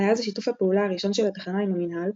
היה זה שיתוף הפעולה הראשון של התחנה עם המינהל,